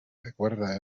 recuerda